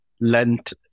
lent